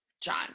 john